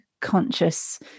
conscious